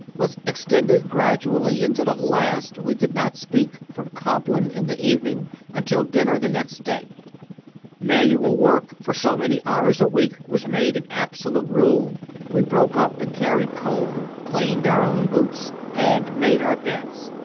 was extended gradually, until at last we did not speak from compline in the evening until dinner the next day manual work for so many hours a week was made an absolute rule we broke up and carried coal, cleaned our own boots, and made our beds.